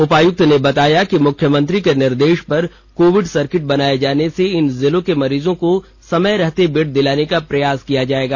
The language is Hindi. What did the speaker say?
उपायुक्त ने बताया कि मुख्यमंत्री के निर्देश पर कोविड सर्किट बनाए जाने से इन जिलों के मरीजों को समय रहते बेड दिलाने का प्रयास किया जाएगा